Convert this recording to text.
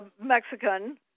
Mexican